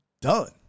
done